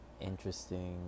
interesting